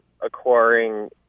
acquiring